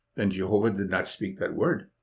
then jehovah did not speak that word.